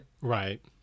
Right